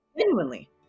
Genuinely